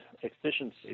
efficiency